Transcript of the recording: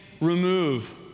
remove